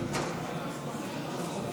התקבלה.